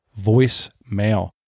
voicemail